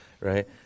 right